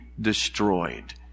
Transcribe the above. destroyed